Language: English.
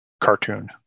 cartoon